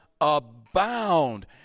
abound